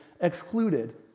excluded